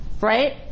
right